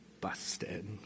busted